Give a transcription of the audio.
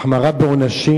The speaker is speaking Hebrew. החמרה בעונשים,